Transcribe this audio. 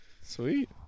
Sweet